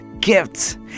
gifts